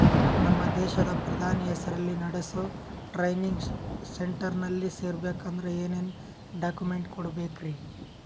ನಮ್ಮ ದೇಶದ ಪ್ರಧಾನಿ ಹೆಸರಲ್ಲಿ ನೆಡಸೋ ಟ್ರೈನಿಂಗ್ ಸೆಂಟರ್ನಲ್ಲಿ ಸೇರ್ಬೇಕಂದ್ರ ಏನೇನ್ ಡಾಕ್ಯುಮೆಂಟ್ ಕೊಡಬೇಕ್ರಿ?